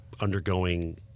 undergoing